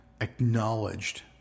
acknowledged